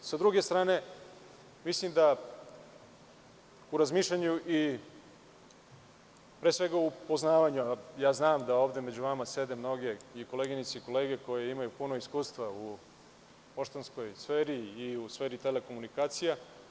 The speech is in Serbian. S druge strane, mislim da u razmišljanju, a i u upoznavanju, znam da ovde među vama sede mnoge koleginice i kolege koji imaju puno iskustva u poštanskoj sferi i u sferi telekomunikacija.